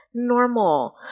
normal